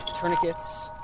tourniquets